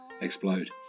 explode